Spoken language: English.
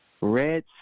Red